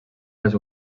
les